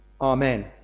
Amen